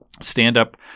stand-up